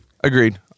Agreed